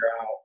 out